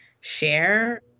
share